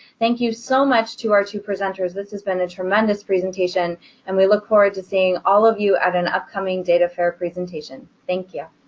thank you so much to our two presenters. this has been a tremendous presentation and we look forward to seeing all of you at an upcoming data fair presentation. thank you.